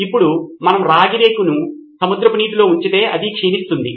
ఇప్పుడు మనం రాగిని సముద్రపు నీటిలో ఉంచితే అది క్షీణిస్తుంది